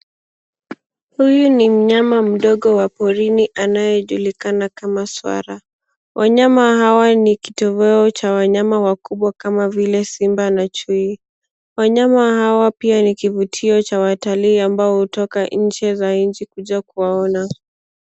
Huyu ni mnyama mdogo wa porini anayejulikana kama swara. Wanyama hawa ni kitoweo cha wanyama wakubwa kama vile simba na chui. Wanyama hawa pia ni kivutio cha watalii ambao hutoka nje ya nchi kuja kuwaona.